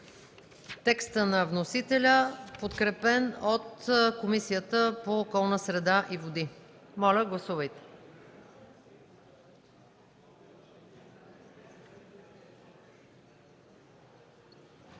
текста на вносителя, подкрепен от Комисията по околната среда и водите. Гласували